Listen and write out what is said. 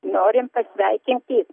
norim pasveikinti